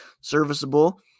serviceable